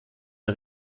der